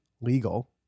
legal